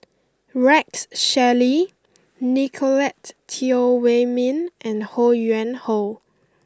Rex Shelley Nicolette Teo Wei Min and Ho Yuen Hoe